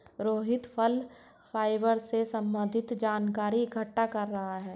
रोहित फल फाइबर से संबन्धित जानकारी इकट्ठा कर रहा है